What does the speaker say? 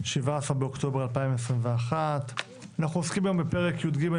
17 באוקטובר 2021. אנחנו עוסקים היום בפרק י"ג